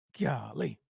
Golly